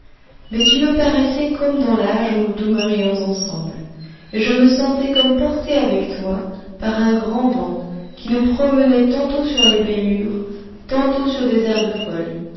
mais tu me paraissais comme dans l'âge où nous demeurions ensemble et je me sentais comme portée avec toi par un grand vent qui nous promenait tantôt sur les blés mûrs tantôt sur des herbes folles